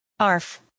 Arf